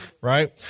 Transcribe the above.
right